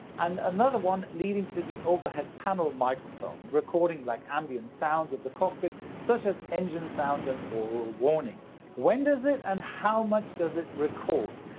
and another one leading to the overhead panel microphone, recording like ambient sounds of the cockpit such as engine sounds and oral warnings. when does it and how much does it record?